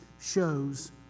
shows